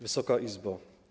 Wysoka Izbo!